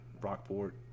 rockport